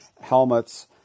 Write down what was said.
helmets